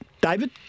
David